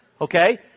Okay